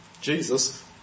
Jesus